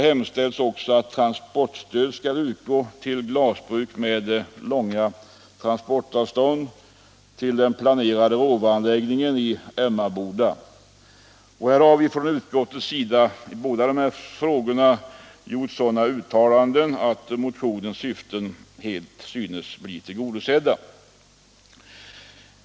Här har utskottet i båda dessa frågor gjort sådana uttalanden att motionens syften synes bli helt tillgodosedda.